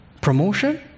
promotion